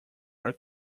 are